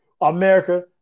America